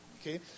Okay